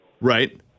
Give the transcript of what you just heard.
Right